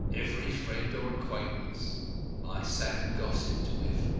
every friend or acquaintance i sat and gossiped with,